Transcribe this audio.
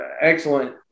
excellent